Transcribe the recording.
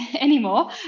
anymore